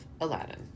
Aladdin